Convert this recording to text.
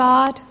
God